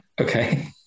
Okay